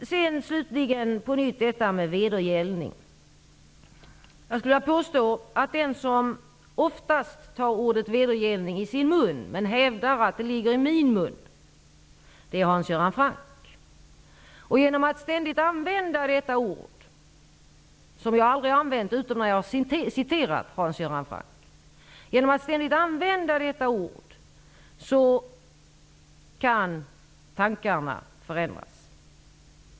Slutligen vill jag åter nämna frågan om vedergällning. Jag skulle vilja påstå att den som oftast tar ordet vedergällning i sin mun, men hävdar att det ligger i min mun, är Hans Göran Franck. Genom att man ständigt använder detta ord -- som jag aldrig använt, utom när jag citerat Hans Göran Franck -- kan tankarna förändras.